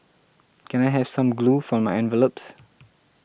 can I have some glue for my envelopes